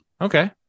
Okay